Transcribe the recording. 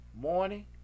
Morning